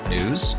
News